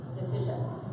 decisions